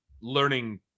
learning